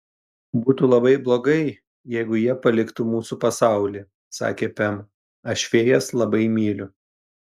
būtų labai blogai jeigu jie paliktų mūsų pasaulį sakė pem aš fėjas labai myliu